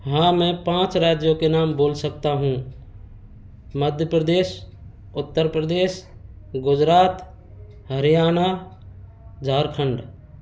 हाँ मैं पाँच राज्यों के नाम बोल सकता हूँ मध्य प्रदेश उत्तर प्रदेश गुजरात हरियाणा झारखंड